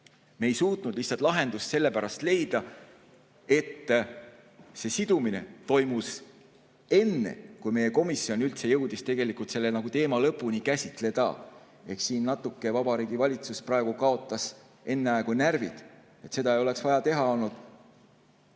me ei suutnud lihtsat lahendust leida – sellepärast, et see sidumine toimus enne, kui meie komisjon jõudis üldse selle teema lõpuni käsitleda. Eks siin natuke Vabariigi Valitsus praegu kaotas enneaegu närvid. Seda ei oleks vaja teha olnud.